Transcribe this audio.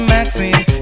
Maxine